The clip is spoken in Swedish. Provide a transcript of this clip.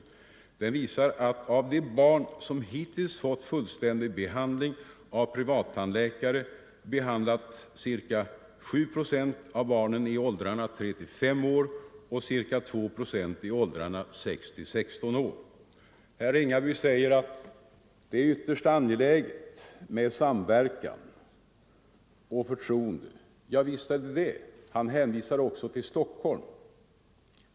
Svaren visar att av de barn som hittills fått fullständig behandling har privattandläkare behandlat ca 7 procent av barnen i åldrarna 3-5 år och ca 2 procent i åldrarna 6-16 år. Herr Ringaby säger att det är ytterst angeläget med samverkan och förtroende. Ja visst är det det! Han hänvisar också till Stockholm.